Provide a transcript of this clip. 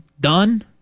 done